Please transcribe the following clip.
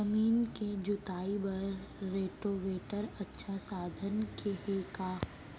जमीन के जुताई बर रोटोवेटर अच्छा साधन हे का?